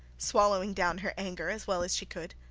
swallowing down her anger as well as she could.